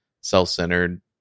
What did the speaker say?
self-centered